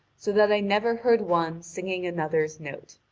so that i never heard one singing another's note.